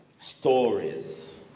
stories